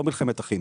לא מלחמת אחים.